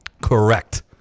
Correct